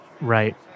Right